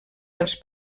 dels